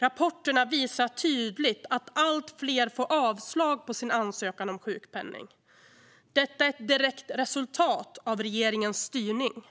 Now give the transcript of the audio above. Rapporterna visar tydligt att allt fler får avslag på sin ansökan om sjukpenning. Detta är ett direkt resultat av regeringens styrning.